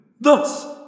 Thus